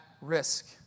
risk